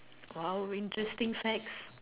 !wow! interesting facts